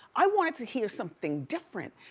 i wanted to hear something different.